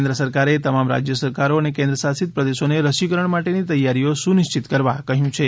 કેન્દ્ર સરકારે તમામ રાજ્ય સરકારો અને કેન્દ્રશાસિત પ્રદેશોને રસીકરણ માટેની તૈયારીઓ સુનિશ્ચિત કરવા કહ્યું છે